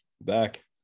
back